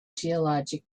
geologic